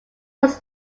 was